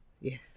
yes